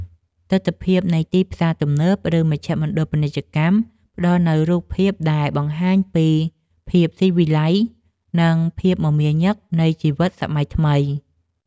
ទិដ្ឋភាពនៃផ្សារទំនើប ឬមជ្ឈមណ្ឌលពាណិជ្ជកម្មផ្ដល់នូវរូបភាពដែលបង្ហាញពីភាពស៊ីវិល័យ និងភាពមមាញឹកនៃជីវិតសម័យថ្មី។